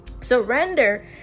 Surrender